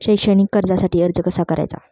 शैक्षणिक कर्जासाठी अर्ज कसा करायचा?